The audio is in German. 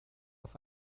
auf